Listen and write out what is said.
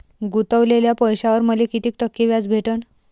गुतवलेल्या पैशावर मले कितीक टक्के व्याज भेटन?